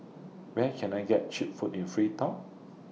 Where Can I get Cheap Food in Freetown